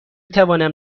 توانم